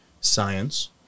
science